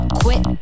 quit